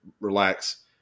relax